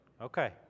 Okay